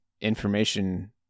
information